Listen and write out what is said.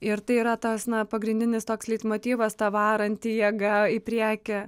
ir tai yra tas na pagrindinis toks leitmotyvas ta varanti jėga į priekį